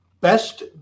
best